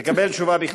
תקבל תשובה בכתב מהשר.